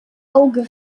auge